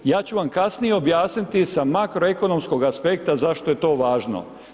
Ja ću vam kasnije objasniti sa makroekonomskog aspekta zašto je to važno.